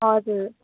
हजुर